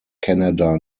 canada